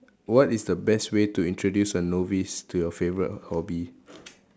what is the best way to introduce a novice to your favourite hobby